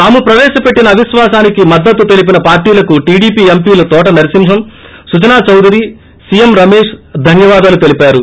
తాము ప్రపేశపెట్టిన అవిశ్వాసానికి మద్దతు తెలిపిన పార్టీలకు టీడీపీ ఎంపీలు తోట నర్పింహం సుజనా చౌదరి సీఎం రమేష్ ధన్యావాదాలు తెలీపారు